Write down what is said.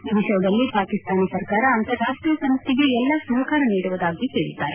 ಈ ವಿಷಯದಲ್ಲಿ ಪಾಕಿಸ್ತಾನ ಸರ್ಕಾರ ಅಂತಾರಾಷ್ಷೀಯ ಸಂಸ್ಥೆಗೆ ಎಲ್ಲ ಸಹಕಾರ ನೀಡುವುದಾಗಿ ಹೇಳಿದ್ದಾರೆ